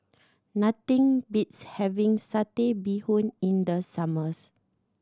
nothing beats having Satay Bee Hoon in the summers